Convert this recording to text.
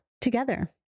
together